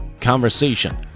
conversation